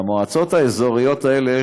והמועצות האזוריות האלה,